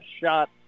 shot